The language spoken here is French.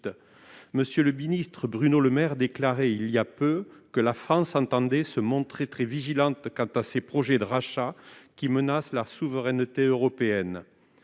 M. le ministre Bruno Le Maire déclarait il y a peu que « la France entendait se montrer très vigilante quant à ces projets de rachats qui menacent la souveraineté européenne